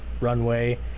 runway